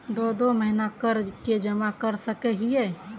दो दो महीना कर के जमा कर सके हिये?